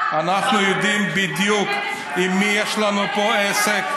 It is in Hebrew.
אנחנו יודעים בדיוק עם מי יש לנו פה עסק.